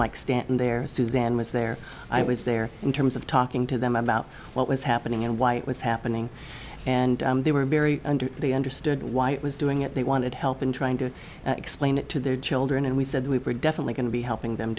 stanton there suzanne was there i was there in terms of talking to them about what was happening and why it was happening and they were very under they understood why it was doing it they wanted help in trying to explain it to their children and we said we were definitely going to be helping them